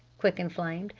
quickened flame.